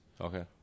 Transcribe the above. okay